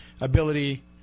ability